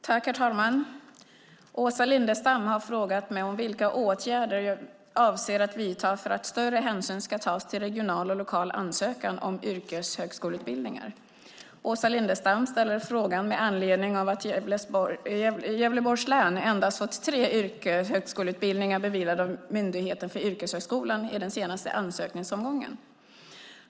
Herr talman! Åsa Lindestam har frågat mig vilka åtgärder som jag avser att vidta för att större hänsyn ska tas till regional och lokal ansökan om yrkeshögskoleutbildningar. Åsa Lindestam ställer frågan med anledning av att Gävleborgs län endast fått tre yrkeshögskoleutbildningar beviljade av Myndigheten för yrkeshögskolan i den senaste ansökningsomgången.